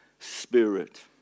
Spirit